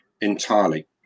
entirely